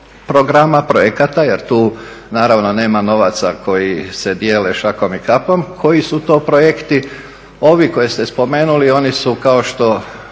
programa, projekta jer tu nema novaca koji se dijele šakom i kapom, koji su to projekti. Ove koje ste spomenuli oni su kao što